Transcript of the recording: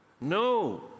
No